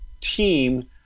team